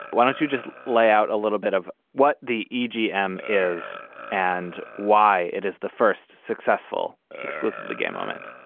why don't you just lay out a little bit of what the agm is and why it is the first successful exclusively gay moment?